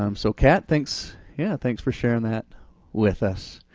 um so cat, thanks yeah thanks for sharing that with us.